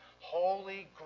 holy